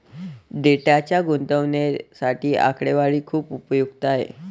डेटाच्या गुणवत्तेसाठी आकडेवारी खूप उपयुक्त आहे